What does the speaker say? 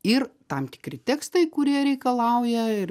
ir tam tikri tekstai kurie reikalauja ir